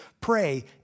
pray